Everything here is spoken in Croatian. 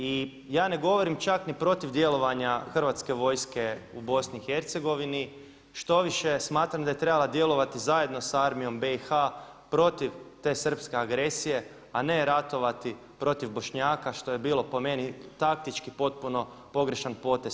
I ja ne govorim čak ni protiv djelovanja Hrvatske vojske u Bosni i Hercegovini, štoviše smatram da je trebala djelovati zajedno sa armijom BiH-a protiv te srpske agresije a ne ratovati protiv Bošnjaka što je bilo po meni taktički potpuno pogrešan potez.